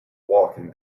walking